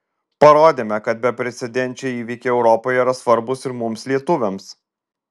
parodėme kad beprecedenčiai įvykiai europoje yra svarbūs ir mums lietuviams